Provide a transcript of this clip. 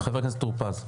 חבר הכנסת טור פז.